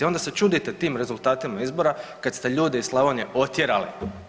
I onda se čudite tim rezultatima izbora kad ste ljude iz Slavonije potjerali.